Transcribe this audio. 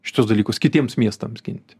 šituos dalykus kitiems miestams ginti